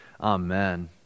Amen